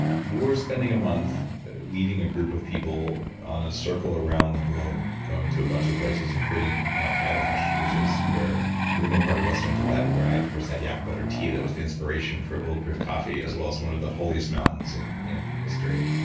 you are spending a month leading a group of people on a circle around the globe, going to a bunch of places, including mount kailash, which is a remote part of western tibet where i first had yak butter tea that was the inspiration for bulletproof coffee, as well as one of the holiest mountains in in history.